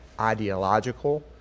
ideological